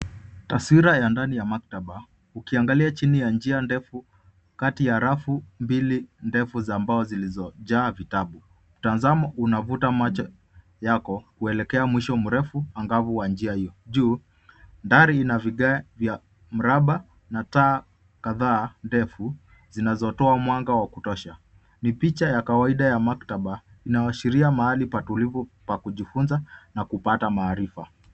Taswira ya ndani ya maktaba, ukiangalia chini ya njia ndefu, kati ya rafu mbili ndefu za mbao zilizojaa vitabu, mtazamo unavuta macho yako kuelekea mwisho mrefu angavu wa njia hio, juu, paa ina vigaa vya mraba na taa kadhaa ndefu zinazotoa mwanga wa kutosha, ni picha ya kawaida ya maktaba inaoashiria mahali patulivu pa kujifunza na kupata maarifa.